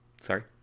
sorry